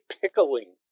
pickling